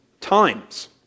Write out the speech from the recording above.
times